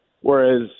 whereas